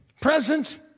present